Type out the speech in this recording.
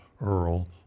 earl